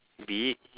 be it